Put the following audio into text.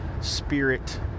spirit